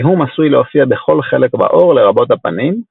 הזיהום עשוי להופיע בכל חלק בעור לרבות הפנים,